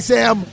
Sam